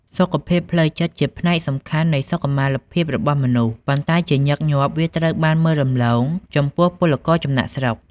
សុខភាពផ្លូវចិត្តជាផ្នែកសំខាន់នៃសុខុមាលភាពរបស់មនុស្ស ប៉ុន្តែជាញឹកញាប់ វាត្រូវបានមើលរំលងចំពោះពលករចំណាកស្រុក។